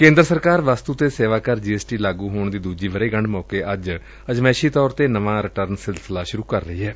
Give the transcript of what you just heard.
ਕੇਂਦਰ ਸਰਕਾਰ ਵਸਤੁ ਅਤੇ ਸੇਵਾ ਕਰ ਜੀ ਐਸ ਟੀ ਲਾਗੁ ਹੋਣ ਦੀ ਦੁਜੀ ਵਰ੍ਹੇਗੰਢ ਮੌਕੇ ਅੱਜ ਅਜਮਾਇਸ਼ੀ ਤੌਰ ਤੇ ਨਵਾਂ ਰਿਟਰਨ ਸਿਲਸਿਲਾ ਸੁਰੂ ਕਰ ਰਹੀ ਏ